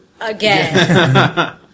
again